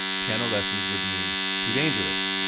piano lessons were deemed too dangerous.